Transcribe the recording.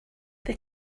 they